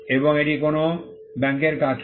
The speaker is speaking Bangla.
এবং এটি কোনও ব্যাংকের কাজ করে